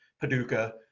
Paducah